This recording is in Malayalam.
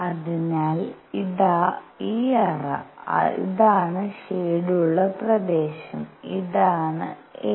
അതിനാൽ ഇതാ ഈ അറ ഇതാണ് ഷേഡുള്ള പ്രദേശം ഇതാണ് a